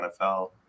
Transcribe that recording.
nfl